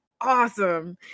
awesome